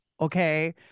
okay